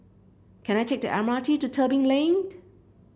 can I take the M R T to Tebing Lane